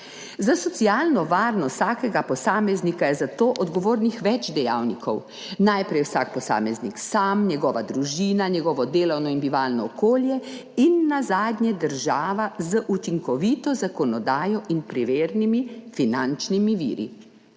Za socialno varnost vsakega posameznika je zato odgovornih več dejavnikov, najprej vsak posameznik sam, njegova družina, njegovo delovno in bivalno okolje in nazadnje država z učinkovito zakonodajo in primernimi finančnimi viri.